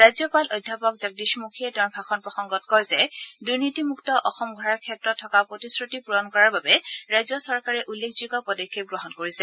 ৰাজ্যপাল অধ্যাপক জগদীশ মুখীয়ে তেওঁৰ ভাষণ প্ৰসংগত কয় যে দুনীতিমুক্ত অসম গঢ়াৰ ক্ষেত্ৰত থকা প্ৰতিশ্ৰতি পূৰণ কৰাৰ বাবে ৰাজ্য চৰকাৰে উল্লেখ যোগ্য পদক্ষেপ গ্ৰহণ কৰিছে